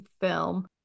film